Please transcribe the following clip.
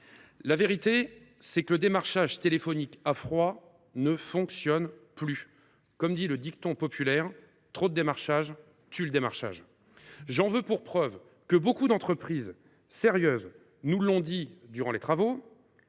La vérité, c’est que le démarchage téléphonique à froid ne fonctionne plus. Comme dirait le dicton populaire : trop de démarchage tue le démarchage. J’en veux pour preuve ce que beaucoup d’entreprises sérieuses nous ont dit au cours de nos travaux